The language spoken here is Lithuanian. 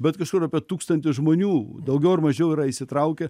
bet kažkur apie tūkstantis žmonių daugiau ar mažiau yra įsitraukę